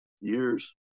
years